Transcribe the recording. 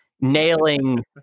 nailing